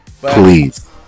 please